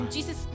Jesus